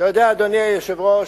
אדוני היושב-ראש,